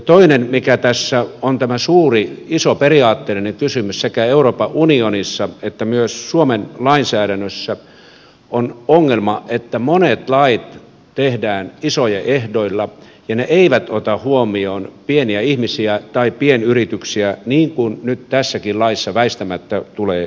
toinen mikä tässä on tämä suuri iso periaatteellinen kysymys sekä euroopan unionissa että myös suomen lainsäädännössä on ongelma että monet lait tehdään isojen ehdoilla ja ne eivät ota huomioon pieniä ihmisiä tai pienyrityksiä niin kuin nyt tässäkin laissa väistämättä tulee käymään